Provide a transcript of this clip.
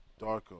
Darko